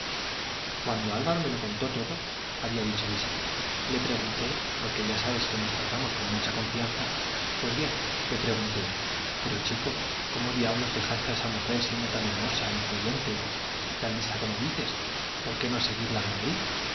cuando álvaro me lo contó todo había dicho visita le pregunté porque ya sabes que nos tratamos con mucha confianza pues bien le pregunté pero chico cómo diablos dejaste a esa mujer siendo tan hermosa influyente y tan lista como dices por qué no seguirla a madrid